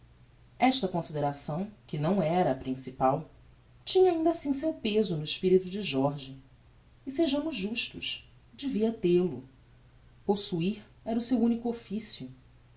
esta consideração que não era a principal tinha ainda assim seu peso no espirito de jorge e sejamos justos devia tel-o possuir era o seu unico officio